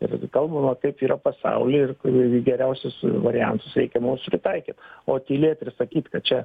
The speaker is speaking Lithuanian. ir kalbama kaip yra pasauly ir kur ir ir geriausius variantus reikia mums pritaikyt o tylėt ir sakyt kad čia